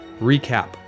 recap